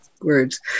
words